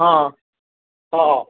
ହଁ ହଁ